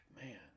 man